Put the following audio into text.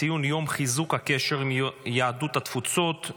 ציון יום חיזוק הקשר עם יהדות התפוצות.